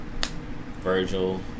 Virgil